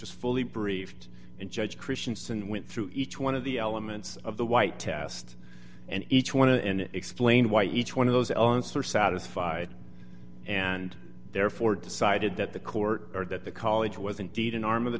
was fully briefed and judge christiansen went through each one of the elements of the white test and each one and explain why each one of those elements are satisfied and therefore decided that the court or that the college was indeed an arm of the